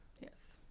Yes